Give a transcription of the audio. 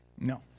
No